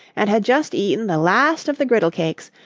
and had just eaten the last of the griddle cakes,